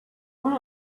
were